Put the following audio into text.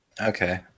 Okay